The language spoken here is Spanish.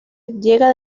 llega